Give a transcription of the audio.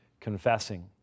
confessing